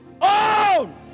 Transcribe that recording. own